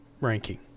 ranking